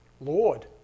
Lord